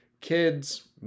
kids